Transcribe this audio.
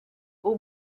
aux